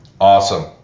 Awesome